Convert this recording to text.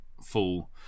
full